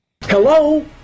Hello